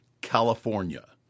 California